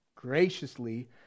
Graciously